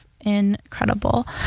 incredible